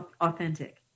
authentic